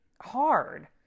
hard